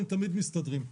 הם תמיד מסתדרים.